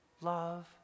love